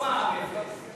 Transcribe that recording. זה לא מע"מ אפס.